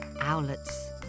owlets